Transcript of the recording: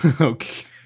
Okay